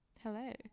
Hello